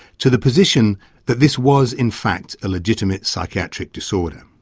to the position that this was, in fact, a legitimate psychiatric disorder.